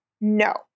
No